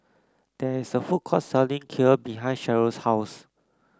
there is a food court selling Kheer behind Cheryle's house